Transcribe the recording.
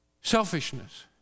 Selfishness